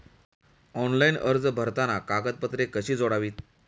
Online अर्ज भरताना कागदपत्रे कशी जोडावीत?